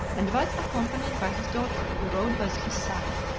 and was accompanied by his daughter, who rode by his side.